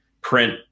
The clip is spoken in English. print